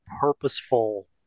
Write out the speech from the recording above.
purposeful